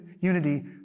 unity